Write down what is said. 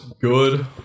good